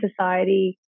society